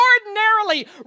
ordinarily